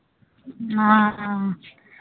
हँ